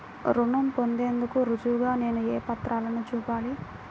రుణం పొందేందుకు రుజువుగా నేను ఏ పత్రాలను చూపాలి?